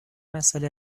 مساله